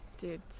Dude